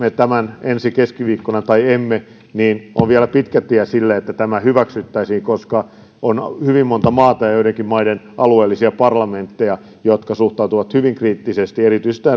tämän ensi keskiviikkona tai emme niin on vielä pitkä tie siihen että tämä hyväksyttäisiin koska on hyvin monta maata ja joidenkin maiden alueellisia parlamentteja jotka suhtautuvat hyvin kriittisesti erityisesti